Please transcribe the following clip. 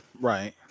Right